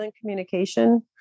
communication